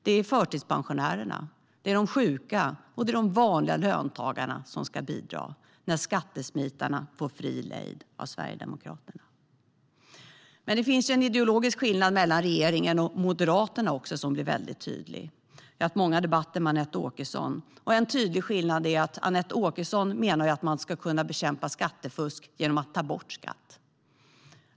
Det är förtidspensionärerna, de sjuka och de vanliga löntagarna som ska bidra när skattesmitarna får fri lejd av Sverigedemokraterna. Det finns också en ideologisk skillnad mellan regeringen och Moderaterna. Jag har haft många debatter med Anette Åkesson. En tydlig skillnad är att Anette Åkesson menar att man ska bekämpa skattefusk genom att ta bort skatt.